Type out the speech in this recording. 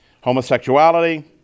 Homosexuality